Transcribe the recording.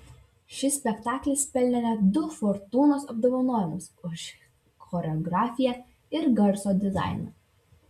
šis spektaklis pelnė net du fortūnos apdovanojimus už choreografiją ir garso dizainą